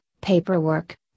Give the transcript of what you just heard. paperwork